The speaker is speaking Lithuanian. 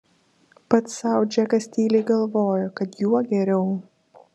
pats sau džekas tyliai galvojo kad juo geriau